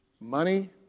money